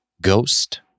Ghost